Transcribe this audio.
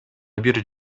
бир